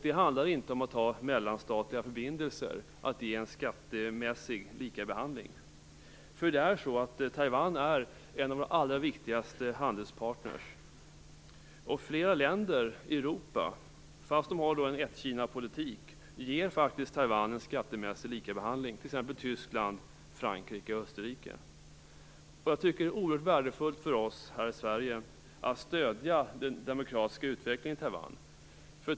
Det handlar inte om att ha mellanstatliga förbindelser för att man ger en skattemässig likabehandling. Taiwan är ju en av våra allra viktigaste handelspartner. Flera länder i Europa ger, trots att de har en ett-Kina-politik, Taiwan en skattemässig likabehandling. Det gäller t.ex. Tyskland, Jag tycker att det är oerhört värdefullt för oss här i Sverige att stödja den demokratiska utvecklingen i Taiwan.